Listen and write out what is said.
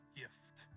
gift